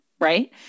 Right